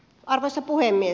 arvoisa puhemies